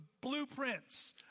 blueprints